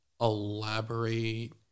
elaborate